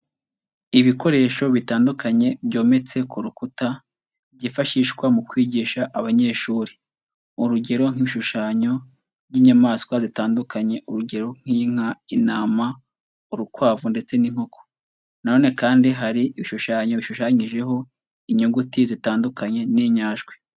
Ibikoresho bitandukanye byometse ku rukuta, byifashishwa mu kwigisha abanyeshuri, urugero nk'ibishushanyo by'inyamanswa zitandukanye, urugero nk'inka, intama, urukwavu ndetse n'inkoko, na none kandi hari ibishushanyo bishushanyijeho inyuguti zitandukanye n'inyajwi.